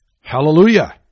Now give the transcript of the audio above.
Hallelujah